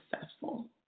successful